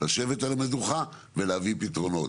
לשבת על המדוכה ולהביא פתרונות.